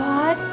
God